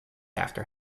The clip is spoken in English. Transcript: after